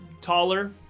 taller